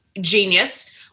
genius